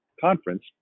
conference